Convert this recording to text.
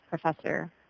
professor